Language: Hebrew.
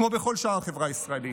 כמו בכל שאר החברה הישראלית,